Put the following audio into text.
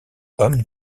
homme